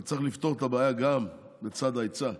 אתה צריך לפתור את הבעיה גם בצד ההיצע,